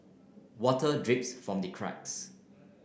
water drips from the cracks